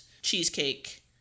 Cheesecake